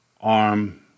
arm